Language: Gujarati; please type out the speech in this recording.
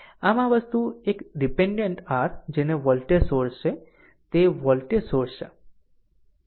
આમ આ વસ્તુ એક ડીપેન્ડેન્ટ r જેને વોલ્ટેજ સોર્સ છે તે વોલ્ટેજ સોર્સ છે